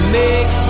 make